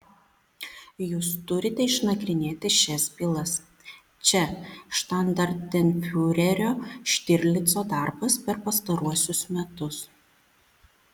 jūs turite išnagrinėti šias bylas čia štandartenfiurerio štirlico darbas per pastaruosius metus